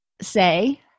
say